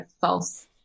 false